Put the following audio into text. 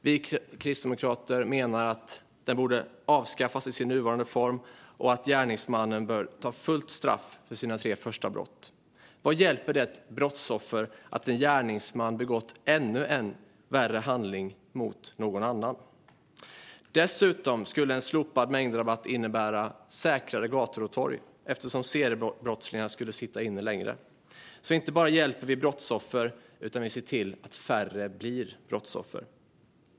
Vi kristdemokrater menar att den borde avskaffas i sin nuvarande form och att gärningsmannen bör ta fullt straff för sina tre första brott. Vad hjälper det ett brottsoffer att en gärningsman begått en ännu värre handling mot någon annan? Dessutom skulle en slopad mängdrabatt innebära säkrare gator och torg, eftersom seriebrottslingar skulle sitta inne längre. På så sätt ser vi till att inte bara hjälpa brottsoffer utan också att färre blir brottsoffer.